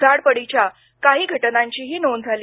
झाडपडीच्या काही घटनांचीही नोंद झाली